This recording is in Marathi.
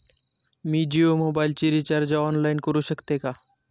मी जियो मोबाइलचे रिचार्ज ऑनलाइन करू शकते का?